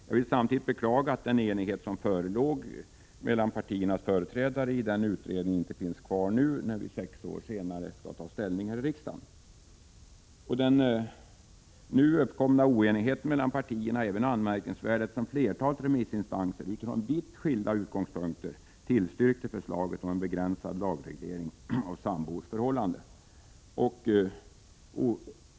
Jag vill samtidigt beklaga att den enighet som förelåg mellan partiernas företrädare i den utredningen icke finns kvar när vi nu, sex år senare, skall ta ställning här i riksdagen. Den nu uppkomna oenigheten mellan partierna är anmärkningsvärd, eftersom flertalet remissinstanser utifrån vitt skilda utgångspunkter tillstyrkt förslaget om en begränsad lagreglering av sambors förhållanden.